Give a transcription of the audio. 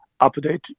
update